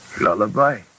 Lullaby